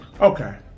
okay